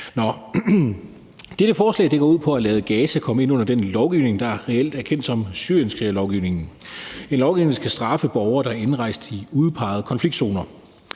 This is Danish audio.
Dette forslag går ud på at lade Gaza komme ind under den lovgivning, der reelt er kendt som syrienskrigerloven. Det er en lovgivning, der skal straffe borgere, der er indrejst i udpegede konfliktzoner.